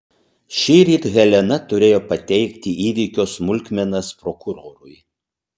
šįryt helena turėjo pateikti įvykio smulkmenas prokurorui